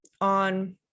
on